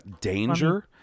danger